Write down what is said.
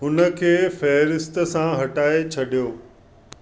हुनखे फ़हरिस्त सां हटाए छॾियो